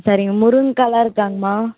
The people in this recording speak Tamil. சரிங்க முருங்கைகாலாம் இருக்காங்கமா